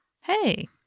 Hey